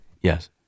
Yes